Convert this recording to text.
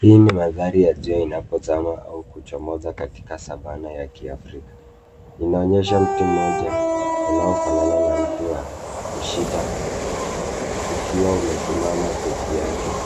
Hii ni mandhari ya jua inapozama au kuchomoza katika savanna ya kiafrika. Inaonyesha mti mmoja unaofanana na mti wa mshita ukiwa umesimama peke yake.